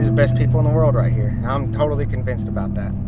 best people in the world right here. i'm totally convinced about that.